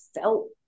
felt